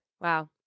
Wow